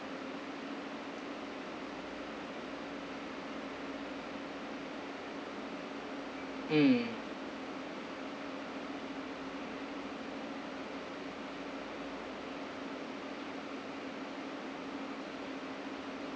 mm